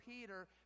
Peter